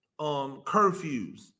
curfews